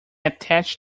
attach